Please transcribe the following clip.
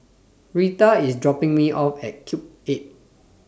Reta IS dropping Me off At Cube eight